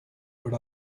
but